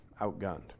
outgunned